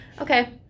Okay